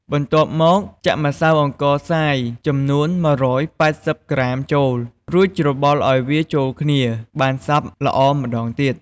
បន្ទាប់មកចាក់ម្សៅអង្ករខ្សាយចំនួន១៨០ក្រាមចូល រួចច្របល់ឲ្យវាចូលគ្នាបានសព្វល្អម្ដងទៀត។